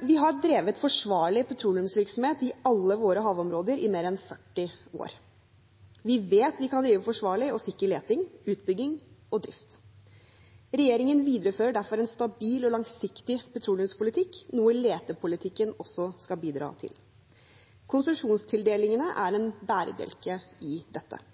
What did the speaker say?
Vi har drevet en forsvarlig petroleumsvirksomhet i alle våre havområder i mer enn 40 år. Vi vet at vi kan drive forsvarlig og sikker leting, utbygging og drift. Regjeringen viderefører derfor en stabil og langsiktig petroleumspolitikk, noe letepolitikken også skal bidra til. Konsesjonstildelingene er en bærebjelke i dette.